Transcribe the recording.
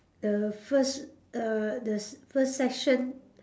the first err the first session